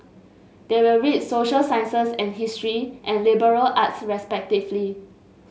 they will read social sciences and history and liberal arts respectively